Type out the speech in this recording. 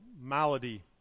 malady